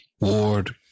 Ward